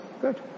Good